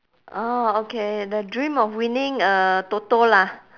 orh okay the dream of winning uh toto lah